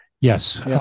yes